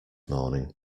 morning